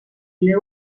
mil